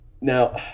now